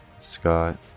Scott